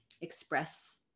express